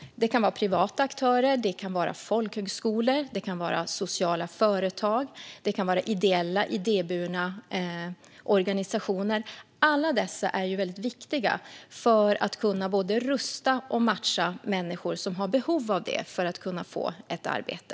Det kan vara privata aktörer, det kan vara folkhögskolor, det kan vara sociala företag och det kan vara ideella och idéburna organisationer. Alla dessa är väldigt viktiga för att vi ska kunna både rusta och matcha människor som har behov av det för att de ska kunna få ett arbete.